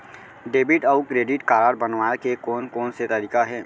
Debit अऊ credit card बनवाए के कोन कोन से तरीका हे?